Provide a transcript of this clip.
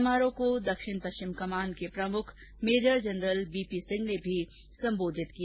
समारोह को दक्षिण पश्चिम कमान के प्रमुख major general B P Singh ने भी संबोधित किया